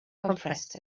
compressed